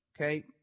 okay